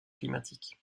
climatique